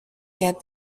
get